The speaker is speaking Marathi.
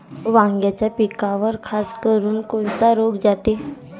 वांग्याच्या पिकावर खासकरुन कोनचा रोग जाते?